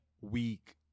week